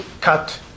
cut